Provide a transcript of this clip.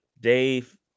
Dave